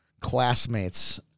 classmates